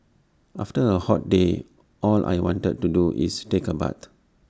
after A hot day all I want to do is take A bath